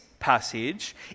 passage